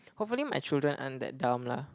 hopefully my children aren't that dumb lah